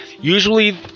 Usually